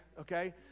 okay